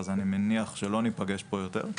אז אני מניח שלא ניפגש פה יותר,